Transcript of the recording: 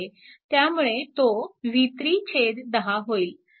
त्यामुळे तो v310 होईल